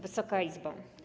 Wysoka Izbo!